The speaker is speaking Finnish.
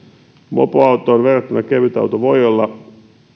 mopoautoon verrattuna kevytauto voi olla